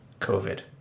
COVID